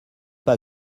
pas